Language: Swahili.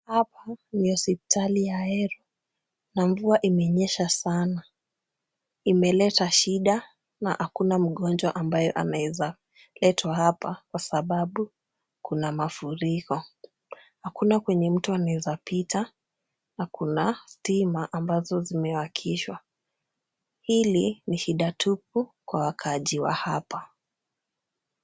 Huku ni hospitali ya Ahero na mvua imenyesha sana. Imeleta shida na hakuna mgonjwa ambaye ameweza kuletwa hapa kwa sababu kuna mafuriko. Hakuna kwenye mtu anaeza pita na kuna stima ambazo zimewakishwa. Hili ni shida tupu kwa wakaazi wa hapa.